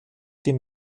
dem